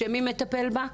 מי מטפל בה?